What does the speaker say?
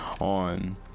on